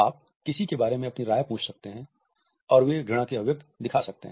आप किसी के बारे में अपनी राय पूछ सकते हैं और वे घृणा की अभिव्यक्ति दिखा सकते हैं